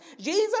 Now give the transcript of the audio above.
Jesus